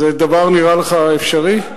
זה נראה לך אפשרי?